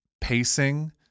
pacing